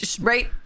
right